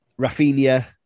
Rafinha